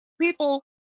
people